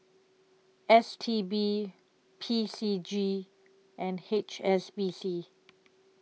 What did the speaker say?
S T B P C G and H S B C